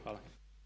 Hvala.